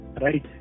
right